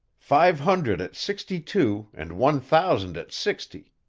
five hundred at sixty-two and one thousand at sixty.